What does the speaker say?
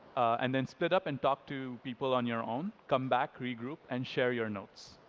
and then, split up and talk to people on your own, come back, regroup and share your notes.